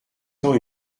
tend